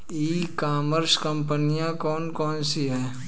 ई commerce कंपनियाँ कौन कौन सी हैं?